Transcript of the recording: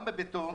גם בביתו,